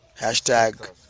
Hashtag